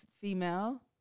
female